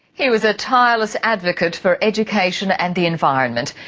he was a tireless advocate for education and the environment.